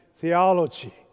theology